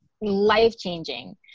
life-changing